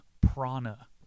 prana